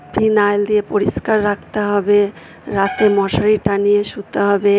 phenyl দিয়ে পরিষ্কার রাখতে হবে রাতে মশারি টাঙিয়ে শুতে হবে